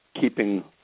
keeping